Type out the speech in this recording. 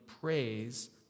praise